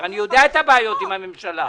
את הבעיות עם הממשלה.